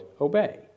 obey